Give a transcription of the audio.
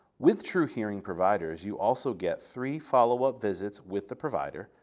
with truhearing providers, you also get three follow-up visits with the provider,